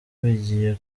bigiye